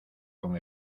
con